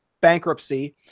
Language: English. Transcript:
bankruptcy